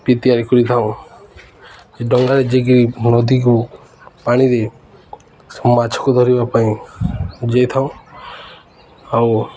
ବି ତିଆରି କରିଥାଉଁ ଡଙ୍ଗାରେ ଯାଇକିରି ନଦୀକୁ ପାଣିରେ ମାଛକୁ ଧରିବା ପାଇଁ ଜିଇଥାଉଁ ଆଉ